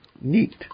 neat